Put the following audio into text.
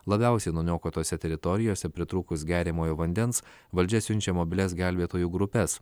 labiausiai nuniokotose teritorijose pritrūkus geriamojo vandens valdžia siunčia mobilias gelbėtojų grupes